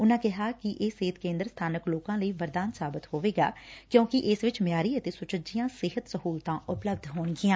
ਉਨੂਾ ਕਿਹਾ ਕਿ ਇਹ ਸਿਹਤ ਕੇਂਦਰ ਸਬਾਨਕ ਲੋਕਾਂ ਲਈ ਵਰਦਾਨ ਸਾਬਤ ਹੋਵੇਗਾ ਕਿਉਂਕਿ ਇਸ ਵਿਚ ਮਿਆਰੀ ਅਤੇ ਸੁਚੱਜੀਆਂ ਸਿਹਤ ਸਹੁਲਤਾਂ ਉਪਲੱਬਧ ਹੋਣਗੀਆਂ